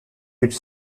its